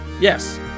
Yes